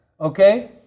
Okay